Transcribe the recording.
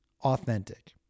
authentic